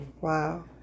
Wow